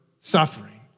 suffering